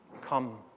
Come